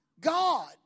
God